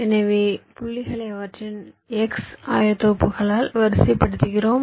எனவே புள்ளிகளை அவற்றின் x ஆயத்தொகுப்புகளால் வரிசைப்படுத்துகிறோம்